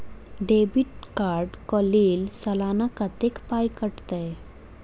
Debit card कऽ लेल सलाना कत्तेक पाई कटतै?